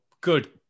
good